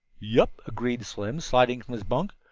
yep, agreed slim, sliding from his bunk.